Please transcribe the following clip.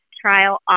trial